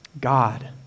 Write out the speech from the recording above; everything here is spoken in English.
God